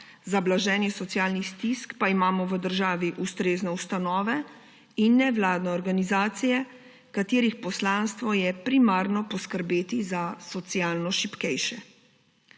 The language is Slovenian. za blaženje socialnih stisk pa imamo v državi ustrezne ustanove in nevladne organizacije, katerih poslanstvo je primarno poskrbeti za socialno šibkejše.